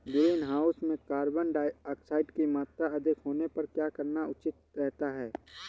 Greenhouse में carbon dioxide की मात्रा अधिक होने पर क्या करना उचित रहता है?